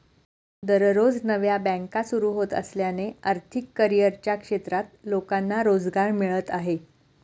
दररोज नव्या बँका सुरू होत असल्याने आर्थिक करिअरच्या क्षेत्रात लोकांना रोजगार मिळत आहे